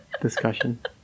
discussion